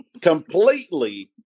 completely